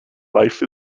life